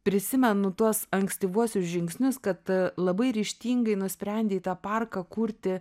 prisimenu tuos ankstyvuosius žingsnius kad labai ryžtingai nusprendei tą parką kurti